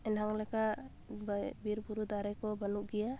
ᱮᱱᱟᱝ ᱞᱮᱠᱟ ᱵᱟᱭ ᱵᱤᱨᱵᱩᱨᱩ ᱫᱟᱨᱮ ᱠᱚ ᱵᱟᱹᱱᱩᱜ ᱜᱮᱭᱟ